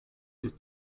ist